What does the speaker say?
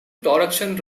production